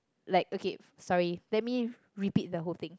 like okay sorry let me repeat the whole thing